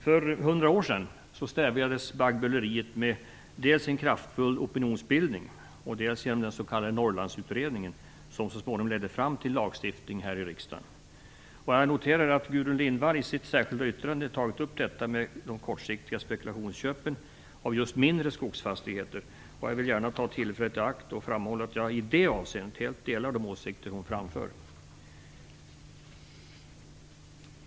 För hundra år sedan stävjades baggböleriet dels med en kraftfull opinionsbildning, dels genom den s.k. Norrlandsutredningen som så småningom ledde fram till en lagstiftning här i riksdagen. Jag noterar att Gudrun Lindvall i sitt särskilda yttrande har tagit upp detta med de kortsiktiga spekulationsköpen av just mindre skogsfastigheter. Jag vill gärna ta tillfället i akt och framhålla att jag i det avseendet helt delar de åsikter hon framför.